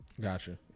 Gotcha